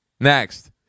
Next